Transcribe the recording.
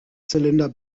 zylinder